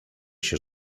się